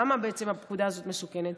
למה הפקודה הזו מסוכנת?